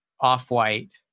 Off-White